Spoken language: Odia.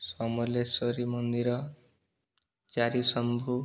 ସମଲେଶ୍ୱରୀ ମନ୍ଦିର ଚାରିଶମ୍ଭୁ